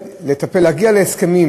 להגיע להסכמים